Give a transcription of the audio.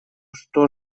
что